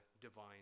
divine